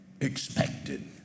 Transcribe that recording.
expected